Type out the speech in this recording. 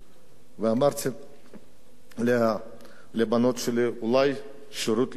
ואמרתי לבנות שלי, אולי שירות לאומי?